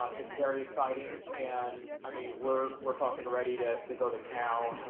very exciting and i mean we're we're fuckin' ready to to go to town